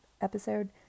episode